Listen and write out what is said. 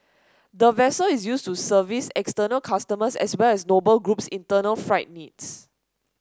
the vessel is used to service external customers as well as Noble Group's internal freight needs